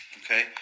okay